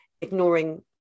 ignoring